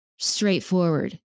straightforward